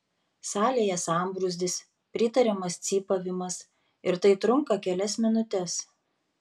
salėje sambrūzdis pritariamas cypavimas ir tai trunka kelias minutes